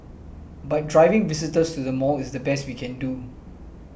but driving visitors to the mall is the best we can do